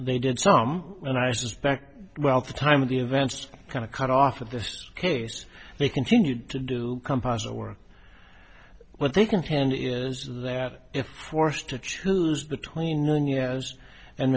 they did some and i suspect while the time of the events kind of cut off of this case they continued to do composite work what they can hand is that if forced to choose the twenty nine euros and